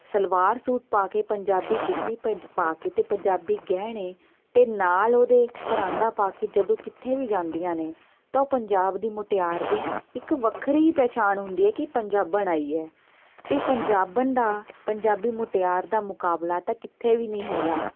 salwar suit ਪਾ ਕੇ ਪੰਜਾਬੀ ਜੁੱਤੀ ਭੱਜ ਪਾ ਕੇ ਅਤੇ ਪੰਜਾਬੀ ਗਹਿਣੇ ਅਤੇ ਨਾਲ ਉਹਦੇ ਪਰਾਂਦਾ ਪਾ ਕੇ ਜਦੋਂ ਕਿੱਥੇ ਵੀ ਜਾਂਦੀਆਂ ਨੇ ਤਾਂ ਉਹ ਪੰਜਾਬ ਦੀ ਮੁਟਿਆਰ ਦੀ ਇੱਕ ਵੱਖਰੀ ਹੀ ਪਹਿਚਾਣ ਹੁੰਦੀ ਹੈ ਕਿ ਪੰਜਾਬਣ ਆਈ ਹੈ ਅਤੇ ਪੰਜਾਬਣ ਦਾ ਪੰਜਾਬੀ ਮੁਟਿਆਰ ਦਾ ਮੁਕਾਬਲਾ ਤਾਂ ਕਿੱਥੇ ਵੀ ਨਹੀਂ ਹੈਗਾ